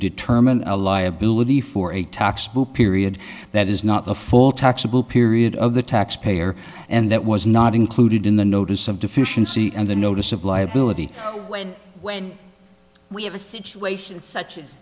determine a liability for a tax period that is not the full taxable period of the taxpayer and that was not included in the notice some deficiency and the notice of liability when when we have a situation such as